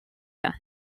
jag